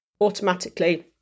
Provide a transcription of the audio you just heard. automatically